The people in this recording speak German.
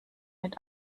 mit